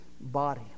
body